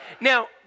Now